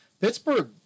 Pittsburgh